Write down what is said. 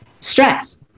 stress